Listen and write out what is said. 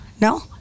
No